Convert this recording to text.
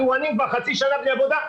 תאורנים כבר חצי שנה בלי עבודה,